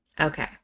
Okay